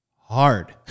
hard